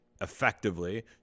effectively